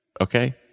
Okay